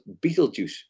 Beetlejuice